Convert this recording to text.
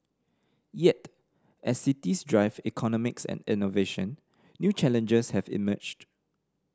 yet as cities drive economies and innovation new challenges have emerged